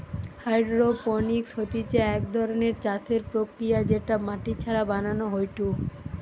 hydroponics হতিছে এক ধরণের চাষের প্রক্রিয়া যেটা মাটি ছাড়া বানানো হয়ঢু